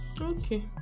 okay